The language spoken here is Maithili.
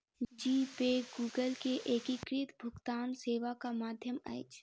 जी पे गूगल के एकीकृत भुगतान सेवाक माध्यम अछि